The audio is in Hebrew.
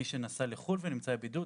מי שנסע לחו"ל ונמצא בבידוד,